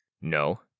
No